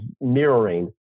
mirroring